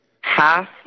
half